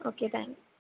okay thanks